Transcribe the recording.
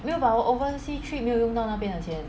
没有 but 我 overseas trip 没有用到那边的钱